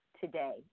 today